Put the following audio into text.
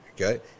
Okay